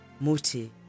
Muti